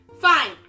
fine